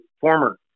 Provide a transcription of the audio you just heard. former